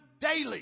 daily